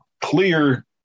clear